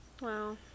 Wow